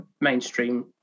mainstream